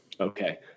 Okay